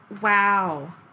Wow